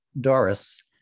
Doris